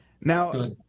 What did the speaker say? Now